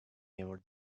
near